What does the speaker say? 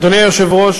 אדוני היושב-ראש,